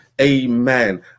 amen